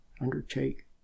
undertake